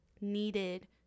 needed